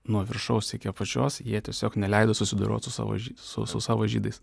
nuo viršaus iki apačios jie tiesiog neleido susidoroti su savo su savo žydais